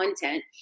content